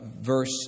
verse